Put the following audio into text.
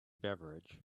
beverage